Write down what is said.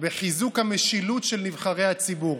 בחיזוק המשילות של נבחרי הציבור.